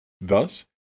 Thus